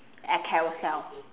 at carousell